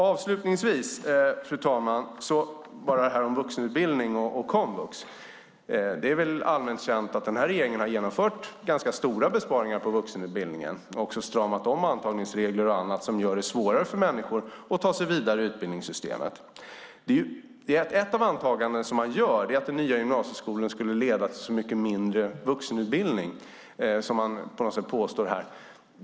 Avslutningsvis vill jag säga något om detta med komvux. Det är väl allmänt känt att den här regeringen har genomfört ganska stora besparingar på vuxenutbildningen och också stramat upp antagningsreglerna, vilket gör det svårare för människor att ta sig vidare i utbildningssystemet. Ett av de antaganden man gör är att den nya gymnasieskolan skulle leda till mindre vuxenutbildning. Det låter man påskina här.